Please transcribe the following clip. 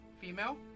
female